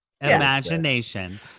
Imagination